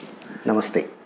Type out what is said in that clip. Namaste